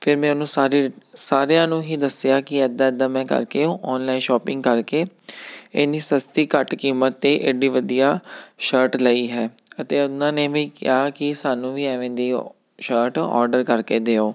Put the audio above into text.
ਫਿਰ ਮੈਂ ਉਹਨੂੰ ਸਾਰੀ ਸਾਰਿਆਂ ਨੂੰ ਹੀ ਦੱਸਿਆ ਕਿ ਇੱਦਾਂ ਇੱਦਾਂ ਮੈਂ ਕਰਕੇ ਔਨਲਾਈਨ ਸ਼ੋਪਿੰਗ ਕਰਕੇ ਇੰਨੀ ਸਸਤੀ ਘੱਟ ਕੀਮਤ 'ਤੇ ਐਡੀ ਵਧੀਆ ਸ਼ਰਟ ਲਈ ਹੈ ਅਤੇ ਉਹਨਾਂ ਨੇ ਵੀ ਕਿਹਾ ਕਿ ਸਾਨੂੰ ਵੀ ਐਵੇਂ ਦੇ ਓ ਸ਼ਰਟ ਔਡਰ ਕਰਕੇ ਦਿਉ